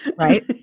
right